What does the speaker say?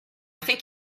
think